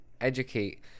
educate